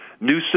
new